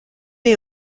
est